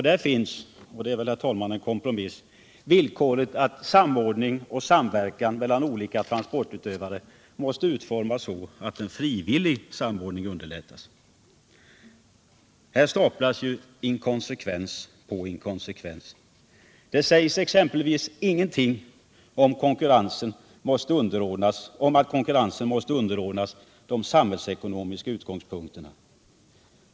Där finns också — och det är väl, herr talman, en kompromiss — villkoret att samordning och samverkan mellan olika transportutövare måste utformas så, att en frivillig samordning underlättas. Här staplas ju inkonsekvens på inkonsekvens. Det sägs exempelvis ingenting om att konkurrensen måste underordnas de samhällsekonomiska utgångspunkterna.